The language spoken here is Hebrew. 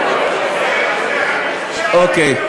אוקיי,